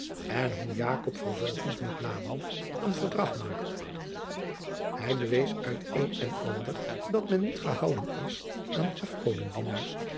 en hoe jacob vervolgens met laban een verdrag maakte hij bewees uit een en ander dat men niet gehouden is aan